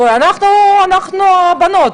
אנחנו הבנות,